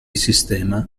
sistema